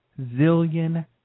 zillion